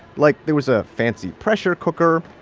like, there was a fancy pressure cooker,